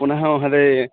पुनः महोदय